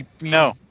No